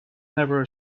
narrow